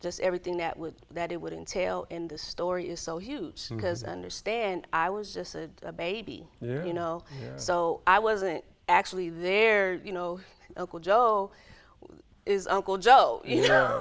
just everything that would that it would entail in this story is so huge because i understand i was just a baby you know so i wasn't actually there you know joe is uncle joe you know